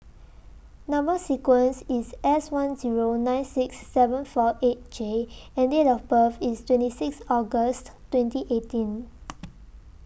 Number sequence IS S one Zero nine six seven four eight J and Date of birth IS twenty six August twenty eighteen